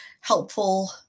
helpful